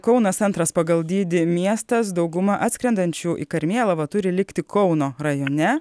kaunas antras pagal dydį miestas dauguma atskrendančių į karmėlavą turi likti kauno rajone